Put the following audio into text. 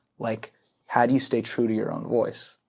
like how do you stay true to your own voice?